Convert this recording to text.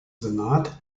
senat